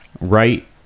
right